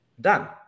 done